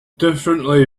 differently